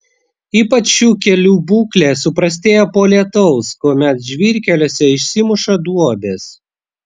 ypač šių kelių būklė suprastėja po lietaus kuomet žvyrkeliuose išsimuša duobės